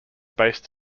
based